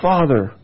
Father